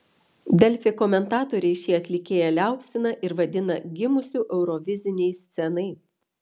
delfi komentatoriai šį atlikėją liaupsina ir vadina gimusiu eurovizinei scenai